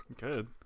Good